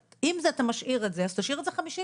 אם אתה משאיר את זה אז תשאיר את זה 50,000,